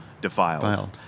defiled